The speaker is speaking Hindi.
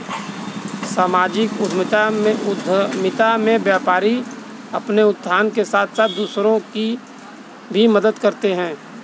सामाजिक उद्यमिता में व्यापारी अपने उत्थान के साथ साथ दूसरों की भी मदद करते हैं